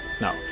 no